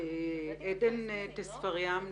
עדן טספריאם.